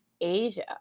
Asia